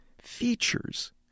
features